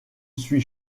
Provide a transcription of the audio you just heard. suis